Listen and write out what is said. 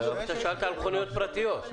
אבל אתה שאלת על מכוניות פרטיות.